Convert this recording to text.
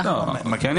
אבל אין.